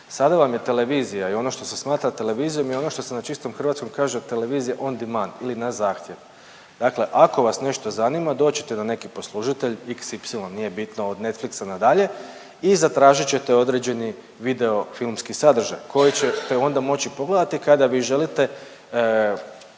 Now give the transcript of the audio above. Sada vam je televizija i ono što se smatra televizijom je ono što se na čistom hrvatskom kaže televizija on the man ili na zahtjev. Dakle, ako vas nešto zanima doć ćete na neki poslužitelj xy, nije bitno od Netflixa nadalje i zatražit ćete određeni video filmski sadržaj koji ćete onda moći pogledati kada vi želite,